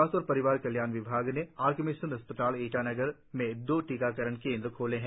स्वास्थ्य और परिवार कल्याण विभाग ने आर के मिशन अस्पताल ईटानगर में दो टीकाकरण केंद्र खोले हैं